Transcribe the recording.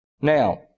Now